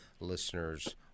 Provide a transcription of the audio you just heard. listeners